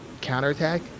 counterattack